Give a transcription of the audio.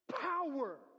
Power